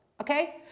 okay